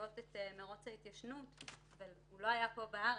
שמקפיאות את מרוץ ההתיישנות והוא לא היה פה בארץ,